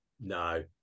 no